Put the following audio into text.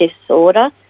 disorder